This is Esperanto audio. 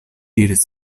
diris